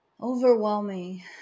Overwhelming